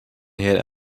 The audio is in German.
herrn